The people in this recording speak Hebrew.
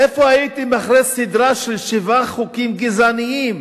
איפה הייתם אחרי סדרה של שבעה חוקים גזעניים?